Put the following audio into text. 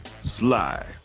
Sly